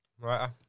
Right